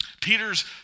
Peter's